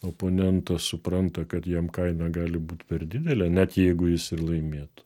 oponentas supranta kad jam kaina gali būt per didelė net jeigu jis ir laimėtų